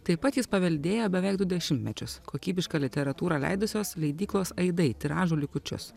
taip pat jis paveldėjo beveik du dešimtmečius kokybišką literatūrą leidusios leidyklos aidai tiražo likučius